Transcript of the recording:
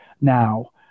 now